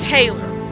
Taylor